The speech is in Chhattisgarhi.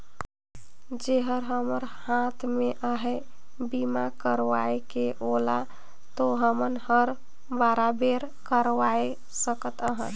जेहर हमर हात मे अहे बीमा करवाये के ओला तो हमन हर बराबेर करवाये सकत अहन